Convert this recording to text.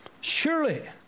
Surely